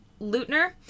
Lutner